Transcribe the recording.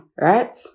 right